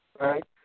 right